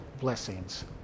blessings